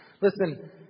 Listen